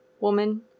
woman